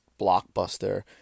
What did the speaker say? blockbuster